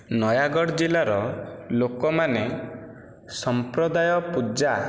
ନୟାଗଡ଼ ଜିଲ୍ଲାର ଲୋକମାନେ ସମ୍ପ୍ରଦାୟ ପୂଜା